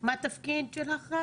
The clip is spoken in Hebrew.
מה התפקיד שלך?